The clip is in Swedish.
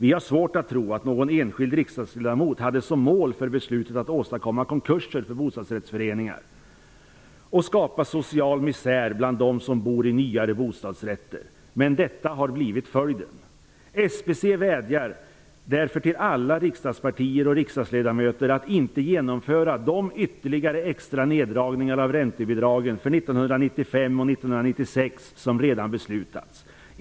Vi har svårt att tro att någon enskild riksdagsledamot hade som mål för beslutet att åstadkomma konkurser för bostadsrättsföreningar och skapa social misär bland dem som bor i nyare bostadsrätter. Men det har blivit följden. SBC vädjar därför till alla riksdagspartier och riksdagsledamöter att inte genomföra de ytterligare extra neddragningar av räntebidragen för 1995 och 1996 som redan beslutats.